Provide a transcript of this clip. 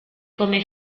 come